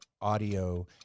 audio